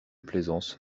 plaisance